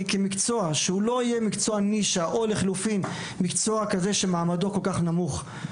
כמקצוע שלא יהיה מקצוע נישה או לחילופין מקצוע שמעמדו כל כך נמוך.